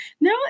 no